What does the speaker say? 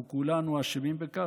אנחנו כולנו אשמים בכך,